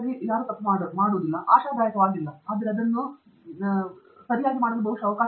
ಟ್ಯಾಂಗಿರಾಲಾ ಉದ್ದೇಶಪೂರ್ವಕವಾಗಿ ಕೋರ್ಸ್ ಇಲ್ಲ ಆಶಾದಾಯಕವಾಗಿಲ್ಲ ಆದರೆ ಅದನ್ನು ನೋಡಿದೆ ಮತ್ತು ನೀವು ಬಹುಶಃ ಅದನ್ನು ಮಾಡಲು ಅವಕಾಶವಿದೆ